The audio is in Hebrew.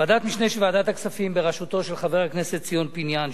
ועדת משנה של ועדת הכספים בראשותו של חבר הכנסת ציון פיניאן,